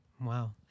Wow